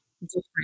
different